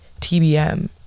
tbm